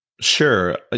Sure